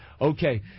Okay